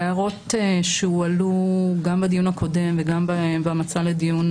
ההערות שהועלו גם בדיון הקודם וגם בהמלצה לדיון